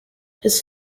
his